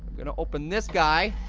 gonna open this guy.